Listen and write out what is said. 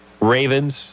Ravens